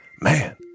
man